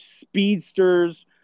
speedsters